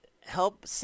help